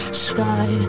sky